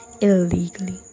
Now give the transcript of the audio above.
illegally